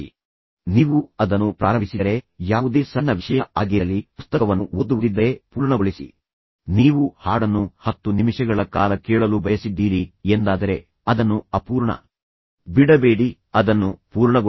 ಆದ್ದರಿಂದ ನೀವು ಅದನ್ನು ಪ್ರಾರಂಭಿಸಿದರೆ ಯಾವುದೇ ಸಣ್ಣ ವಿಷಯ ಆಗಿರಲಿ ಪುಸ್ತಕವನ್ನು ಓದುವುದಿದ್ದರೆ ಪೂರ್ಣಗೊಳಿಸಿ ನೀವು ಹಾಡನ್ನು 10 ನಿಮಿಷಗಳ ಕಾಲ ಕೇಳಲು ಬಯಸಿದ್ದೀರಿ ಎಂದಾದರೆ ಅದನ್ನು ಅಪೂರ್ಣ ಬಿಡಬೇಡಿ ಅದನ್ನು ಪೂರ್ಣಗೊಳಿಸಿ